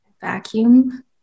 Vacuum